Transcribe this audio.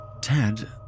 Ted